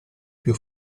più